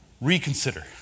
Reconsider